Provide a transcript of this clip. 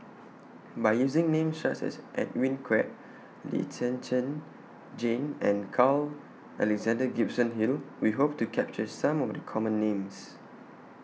By using Names such as Edwin Koek Lee Zhen Zhen Jane and Carl Alexander Gibson Hill We Hope to capture Some of The Common Names